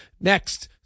next